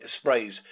sprays